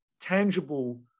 tangible